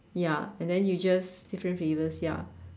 ya and then you just different flavours ya